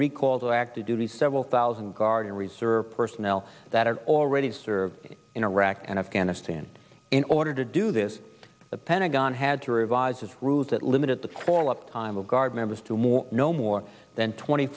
recall to active duty several thousand guard and reserve personnel that are already serving in iraq and afghanistan in order to do this the pentagon had to revise its rules that limited the call up time of guard members to more no more than twenty